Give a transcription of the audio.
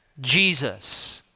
Jesus